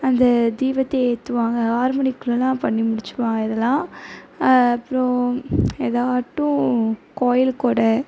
அந்த தீபத்தை ஏற்றுவாங்க ஆறு மணிக்குள்ளேலாம் பண்ணி முடிச்சுடுவாங்க இதெல்லாம் அப்புறம் ஏதாட்டும் கோவிலுக் கொடை